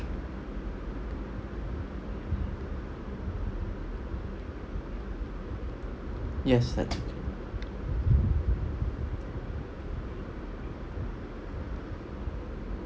yes that's it